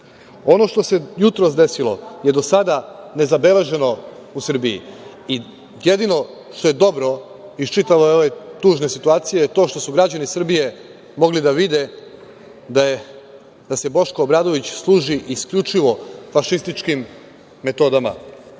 što se jutros desilo je do sada nezabeleženo u Srbiji i jedino što je dobro iz čitave ove tužne situacije je to što su građani Srbije mogli da vide da se Boško Obradović služi isključivo fašističkim metodama.